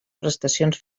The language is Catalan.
prestacions